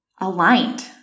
aligned